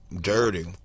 dirty